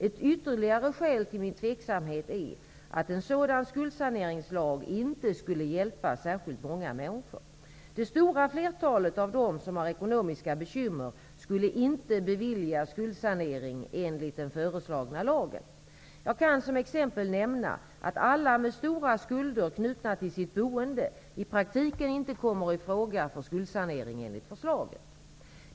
Ett ytterligare skäl till min tveksamhet är att en sådan skuldsaneringslag inte skulle hjälpa särskilt många människor. Det stora flertalet av dem som har ekonomiska bekymmer skulle inte beviljas skuldsanering enligt den förslagna lagen. Jag kan som exempel nämna att alla med stora skulder knutna till sitt boende i praktiken inte kommer i fråga för skuldsanering enligt förslaget.